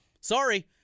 Sorry